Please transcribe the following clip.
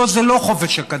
לא, זה לא חופש אקדמי,